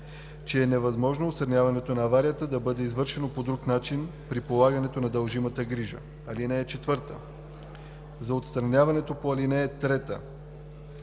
че е невъзможно отстраняването на аварията да бъде извършено по друг начин, при полагане на дължимата грижа. (4) За отстраняването по ал. 3 се